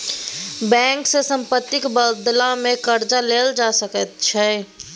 bank सँ सम्पत्तिक बदलामे कर्जा लेल जा सकैत छै